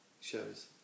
shows